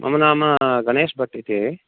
मम नाम गणेशभट्ट् इति